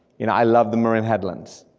you know, i love the marine headlands,